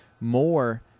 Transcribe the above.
more